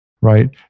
right